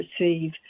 receive